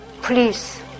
Please